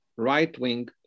right-wing